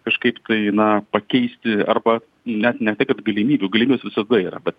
kažkaip tai na pakeisti arba net ne tai kad galimybių galimybės visada yra bet